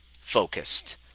focused